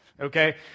okay